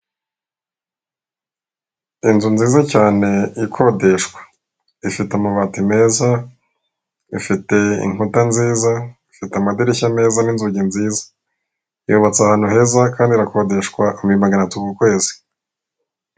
inzu nziza cyane ikodeshwa ifite amabati meza ifite inkuta nziza ifite amadirishya meza n'inzugi nziza, yubatse ahantu heza kandi irakodeshwa kuri maganatatu ku kwezi.